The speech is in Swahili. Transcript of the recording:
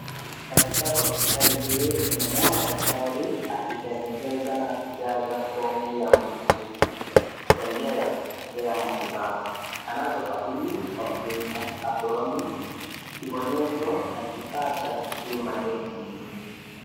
Katika hospitali hii, tunamuona daktari akipendekeza na kujaza fomu ya muuguzi, kwa njia ya kupokea matibabu. Anazo faili, kumpyuta, aproni, kibonyezo, na kifaa cha kupima joto mwilini.